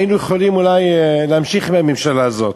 היינו יכולים אולי להמשיך עם הממשלה הזאת.